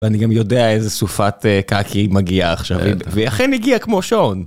ואני גם יודע איזה סופת קקי מגיעה עכשיו, והיא אכן הגיעה כמו שעון.